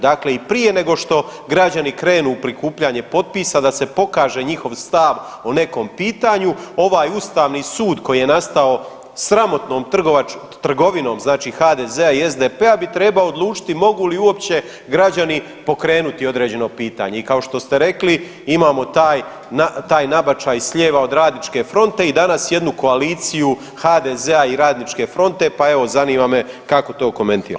Dakle i prije nego što građani krenu u prikupljanje potpisa da se pokaže njihov stav o nekom pitanju, ovaj Ustavni sud koji je nastao sramotnom trgovinom znači HDZ-a i SDP-a bi trebao odlučiti mogu li uopće građani pokrenuti određeno pitanje i kao što ste rekli, imamo taj nabačaj s lijeva od Radničke fronte i danas jednu koaliciju HDZ-a i Radničke fronte pa evo, zanima me kako to komentirate.